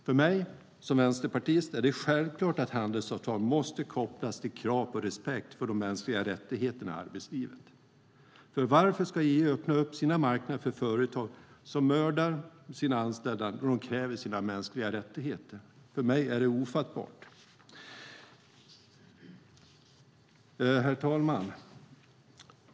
För mig som vänsterpartist är det självklart att handelsavtal måste kopplas till krav på respekt för de mänskliga rättigheterna i arbetslivet. Varför ska EU öppna sina marknader för företag som mördar sina anställda när de kräver sina mänskliga rättigheter? För mig är det ofattbart. Herr talman!